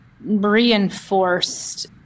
reinforced